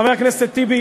חבר הכנסת טיבי,